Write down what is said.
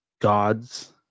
gods